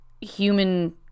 human